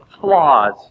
Flaws